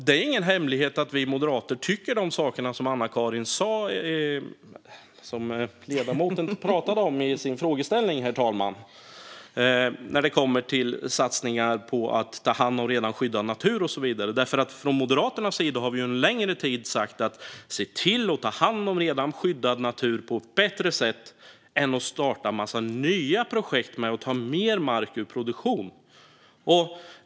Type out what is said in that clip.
Det är ingen hemlighet att vi moderater tycker de saker som ledamoten nämnde i sin frågeställning om satsningar för att ta hand om redan skyddad natur och så vidare. Moderaterna har under en längre tid sagt: Se till att ta hand om redan skyddad natur på ett bättre sätt än genom att starta en massa nya projekt och ta mer mark ur produktion.